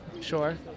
Sure